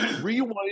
rewind